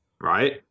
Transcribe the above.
right